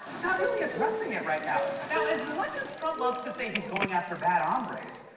not really addressing it right now. now, as much as trump loves to say he's going after bad hombres,